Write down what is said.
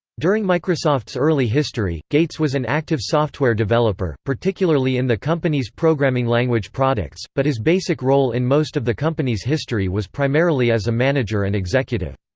during microsoft's early history, gates was an active software developer, particularly in the company's programming language products, but his basic role in most of the company's history was primarily as a manager and executive.